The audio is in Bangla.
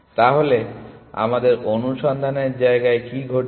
তাহলে আমাদের অনুসন্ধানের জায়গায় কী ঘটেছে